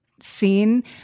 seen